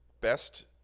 best